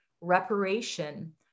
reparation